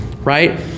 Right